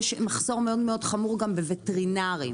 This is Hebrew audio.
יש מחסור חמור מאוד גם בווטרינרים.